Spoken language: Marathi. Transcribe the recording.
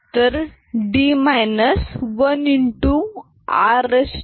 तर d 1r 1